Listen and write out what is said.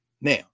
now